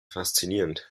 faszinierend